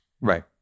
right